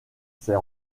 ses